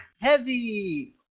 heavy